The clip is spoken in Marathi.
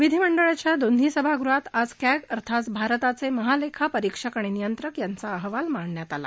विधीमंडळाच्या दोन्ही सभागृहात आज कॅग अर्थात भारताचे महालेखा परिषक आणि नियंत्रक यांचा अहवाल मांडण्यात आला